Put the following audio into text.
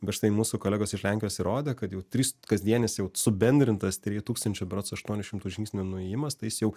bet štai mūsų kolegos iš lenkijos įrodė kad jau trys kasdienis jau subendrintas trejų tūkstančių berods aštuonių šimtų žingsnių nuo ėjimas tai jis jau